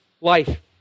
life